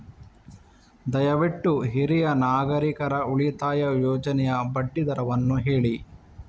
ದಯವಿಟ್ಟು ಹಿರಿಯ ನಾಗರಿಕರ ಉಳಿತಾಯ ಯೋಜನೆಯ ಬಡ್ಡಿ ದರವನ್ನು ಹೇಳಿ